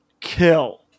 kill